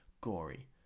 gory